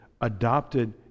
adopted